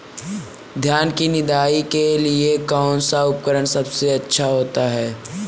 धान की निदाई के लिए कौन सा उपकरण सबसे अच्छा होता है?